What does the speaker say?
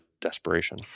desperation